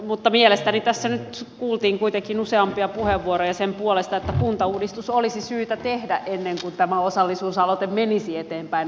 mutta mielestäni tässä nyt kuultiin kuitenkin useita puheenvuoroja sen puolesta että kuntauudistus olisi syytä tehdä ennen kuin tämä osallisuusaloite menisi eteenpäin